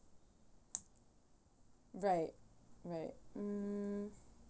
right right um